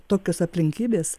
tokios aplinkybės